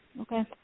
Okay